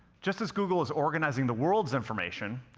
just as google is organizing the world's information,